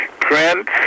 Prince